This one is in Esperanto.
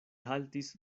haltis